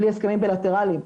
בלי הסכמים בילטרליים,